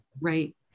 Right